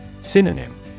Synonym